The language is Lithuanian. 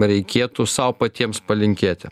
reikėtų sau patiems palinkėti